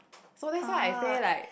so that's why I say like